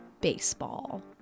baseball